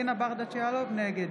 נגד